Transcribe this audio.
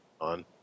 on